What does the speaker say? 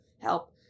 help